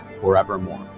forevermore